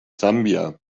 sambia